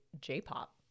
J-pop